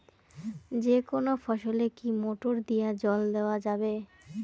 যেকোনো ফসলে কি মোটর দিয়া জল দেওয়া যাবে?